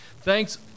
Thanks